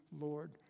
Lord